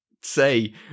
say